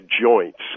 joints